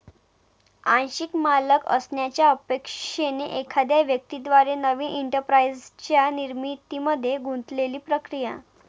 आंशिक मालक असण्याच्या अपेक्षेने एखाद्या व्यक्ती द्वारे नवीन एंटरप्राइझच्या निर्मितीमध्ये गुंतलेली प्रक्रिया